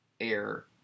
air